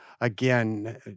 again